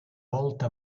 volta